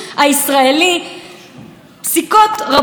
כאילו הן לטובת איזה צד פוליטי כזה או אחר.